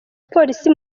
polisi